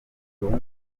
uwumva